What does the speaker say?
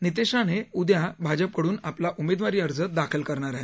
नितेश राणे उदया भाजपकडून आपला उमेदवारी अर्ज दाखल करणार आहेत